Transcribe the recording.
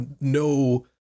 no